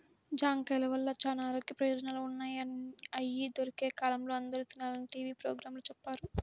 జాంకాయల వల్ల చానా ఆరోగ్య ప్రయోజనాలు ఉన్నయ్, అయ్యి దొరికే కాలంలో అందరూ తినాలని టీవీ పోగ్రాంలో చెప్పారు